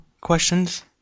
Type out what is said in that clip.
questions